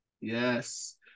Yes